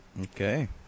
Okay